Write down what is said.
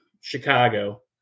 Chicago